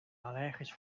allergisch